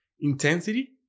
intensity